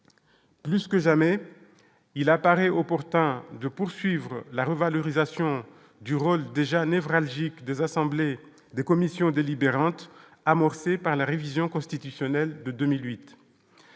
plus que jamais, il apparaît opportun de poursuivre la revalorisation du rôle déjà névralgique des assemblées des commissions délibérante amorcé par la révision constitutionnelle de 2008